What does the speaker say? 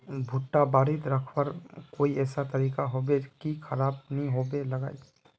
भुट्टा बारित रखवार कोई ऐसा तरीका होबे की खराब नि होबे लगाई?